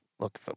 look